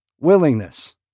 willingness